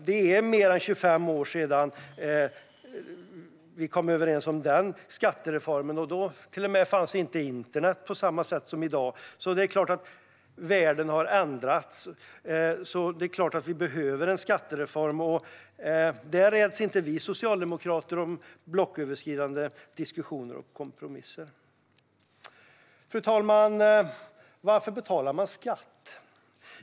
Det är mer än 25 år sedan vi kom överens om den senaste skattereformen, och då fanns inte ens internet på samma sätt som i dag. Så det är klart att världen har ändrats och att vi behöver en skattereform. Där räds inte vi socialdemokrater blocköverskridande diskussioner och kompromisser. Fru talman! Varför betalar man skatt?